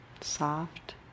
soft